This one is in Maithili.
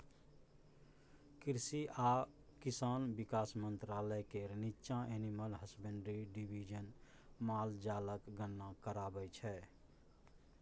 कृषि आ किसान बिकास मंत्रालय केर नीच्चाँ एनिमल हसबेंड्री डिबीजन माल जालक गणना कराबै छै